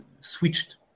switched